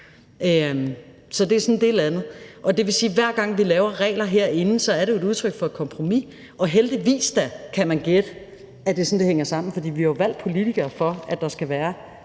Så det er sådan, det er landet. Det vil sige, at hver gang vi laver regler herinde, er det et udtryk for et kompromis, og man kan da heldigvis gætte, at det er sådan, det hænger sammen, for vi har jo valgt politikere, for at der skal være